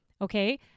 okay